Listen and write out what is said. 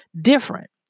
different